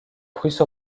prusse